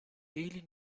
really